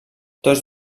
tots